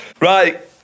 Right